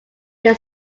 they